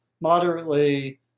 moderately